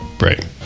Right